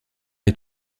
est